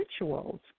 rituals